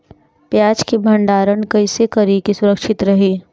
प्याज के भंडारण कइसे करी की सुरक्षित रही?